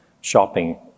shopping